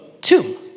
two